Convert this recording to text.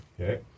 Okay